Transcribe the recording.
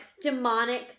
demonic